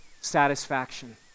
satisfaction